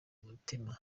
mutima